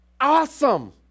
awesome